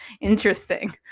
interesting